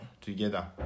together